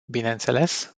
bineînțeles